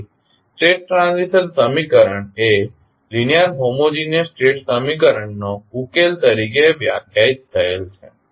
તેથી state transition સમીકરણ એ લીનીઅર હોમોજીનીયસ સ્ટેટ સમીકરણ ના ઉકેલ તરીકે વ્યાખ્યાયિત થયેલ છે